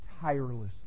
tirelessly